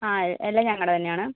ആ എല്ലാം ഞങ്ങളുടെ തന്നെയാണ്